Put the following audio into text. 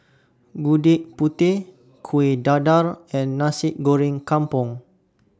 Gudeg Putih Kueh Dadar and Nasi Goreng Kampung